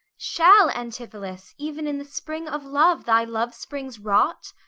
shall, antipholus, even in the spring of love, thy love-springs rot?